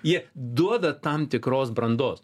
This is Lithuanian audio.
jie duoda tam tikros brandos